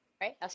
right